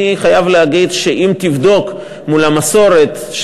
אני חייב להגיד שאם תבדוק מול המסורת,